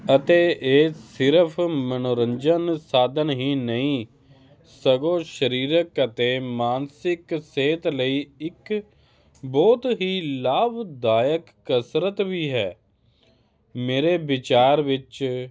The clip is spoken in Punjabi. ਅਤੇ ਇਹ ਸਿਰਫ ਮਨੋਰੰਜਨ ਸਾਧਨ ਹੀ ਨਹੀਂ ਸਗੋਂ ਸਰੀਰਕ ਅਤੇ ਮਾਨਸਿਕ ਸਿਹਤ ਲਈ ਇੱਕ ਬਹੁਤ ਹੀ ਲਾਭਦਾਇਕ ਕਸਰਤ ਵੀ ਹੈ ਮੇਰੇ ਵਿਚਾਰ ਵਿੱਚ